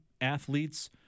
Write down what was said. athletes